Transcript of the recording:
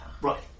Right